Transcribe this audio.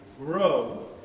grow